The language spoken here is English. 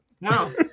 no